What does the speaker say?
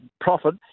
profit